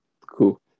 Cool